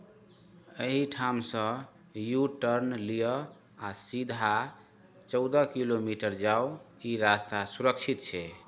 एहीठामसँ U turn लिअ आ सीधा चौदह किलोमीटर जाउ ई रास्ता सुरक्षित छै